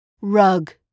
rug